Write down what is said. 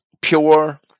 pure